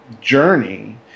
journey